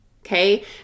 okay